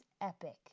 epic